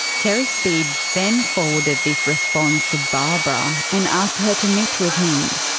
terry speed then forwarded this response to barbara and asked her to meet with him.